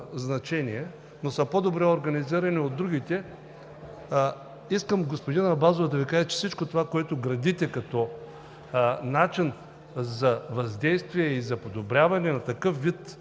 значение, но са по-добре организирани от другите. Господин Абазов, искам да Ви кажа, че всичко това, което градите като начин за въздействие и за подобряване от такъв вид